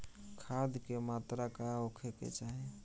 खाध के मात्रा का होखे के चाही?